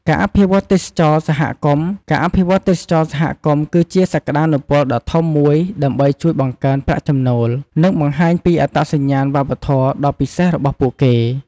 ការអភិវឌ្ឍន៍ទេសចរណ៍សហគមន៍ ការអភិវឌ្ឍន៍ទេសចរណ៍សហគមន៍ គឺជាសក្តានុពលដ៏ធំមួយដើម្បីជួយបង្កើនប្រាក់ចំណូល និងបង្ហាញពីអត្តសញ្ញាណវប្បធម៌ដ៏ពិសេសរបស់ពួកគេ។